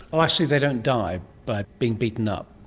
oh i see, they don't die by being beaten up.